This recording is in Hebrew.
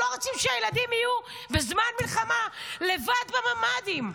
אנחנו לא רוצים שהילדים יהיו בזמן מלחמה לבד בממ"דים.